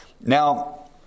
Now